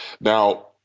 Now